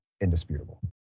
Indisputable